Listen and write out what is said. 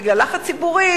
בגלל לחץ ציבורי,